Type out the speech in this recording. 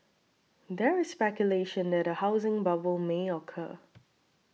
there is speculation that a housing bubble may occur